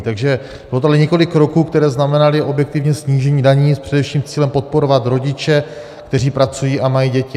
Takže bylo tady několik kroků, které znamenaly objektivně snížení daní především s cílem podporovat rodiče, kteří pracují a mají děti.